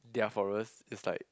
their forest is like